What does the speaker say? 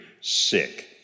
sick